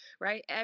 right